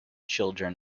children